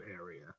area